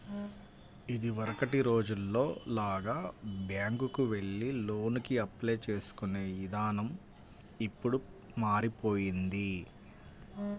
ఇదివరకటి రోజుల్లో లాగా బ్యేంకుకెళ్లి లోనుకి అప్లై చేసుకునే ఇదానం ఇప్పుడు మారిపొయ్యింది